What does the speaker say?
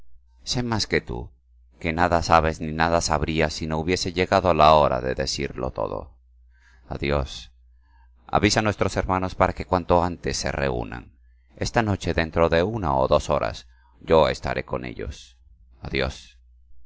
sé más que tú que nada sabes ni nada sabrías si no hubiese llegado la hora de decirlo todo adiós avisa a nuestros hermanos para que cuanto antes se reúnan esta noche dentro de una o dos horas yo estaré con ellos adiós